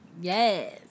Yes